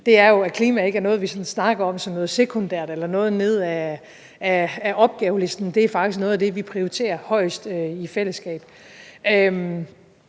altså at klima ikke er noget, vi sådan snakker om som noget sekundært eller noget nede på opgavelisten, men det er faktisk noget af det, vi prioriterer højest i fællesskab.